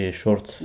short